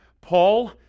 Paul